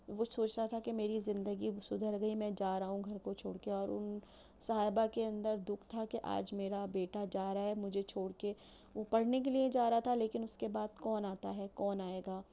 وہ سوچ رہا تھا کہ میری زندگی اب سدھر گئی میں جا رہا ہوں گھر کو چھوڑ کے اور اُن صاحبہ کے اندر دُکھ تھا کہ آج میرا بیٹا جا رہا ہے مجھے چھوڑ کے وہ پڑھنے کے لئے جا رہا تھا لیکن اُس کے بعد کون آتا ہے کون آئے گا